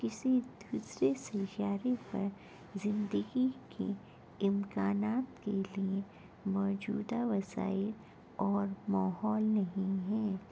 کسی دوسرے سیارے پر زندگی کے امکانات کے لیے موجودہ وسائل اور ماحول نہیں ہیں